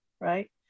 right